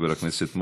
חבר הכנסת מוזס,